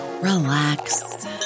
relax